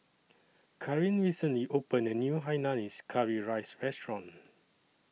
Karin recently opened A New Hainanese Curry Rice Restaurant